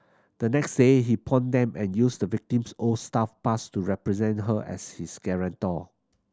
the next day he pawned them and used the victim's old staff pass to represent her as his guarantor